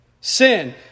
sin